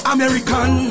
American